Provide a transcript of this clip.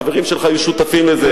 וחברים שלך היו שותפים לזה,